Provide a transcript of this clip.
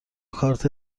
کارت